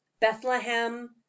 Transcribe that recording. Bethlehem